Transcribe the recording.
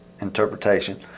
interpretation